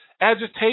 Agitation